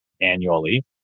annually